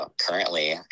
currently